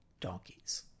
donkeys